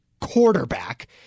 quarterback